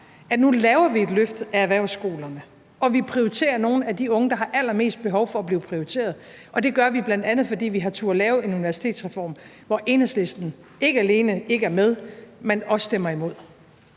vi nu laver et løft af erhvervsskolerne, og at vi prioriterer nogle af de unge, der har allermest behov for at blive prioriteret, og det gør vi bl.a., fordi vi har turdet lave en universitetsreform, hvor Enhedslisten ikke alene ikke er med, men man også stemmer imod.